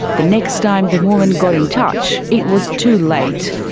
the next time the woman got in touch, it was too late.